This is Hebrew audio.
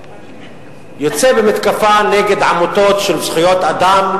יוצא במתקפה נגד עמותות של זכויות אדם.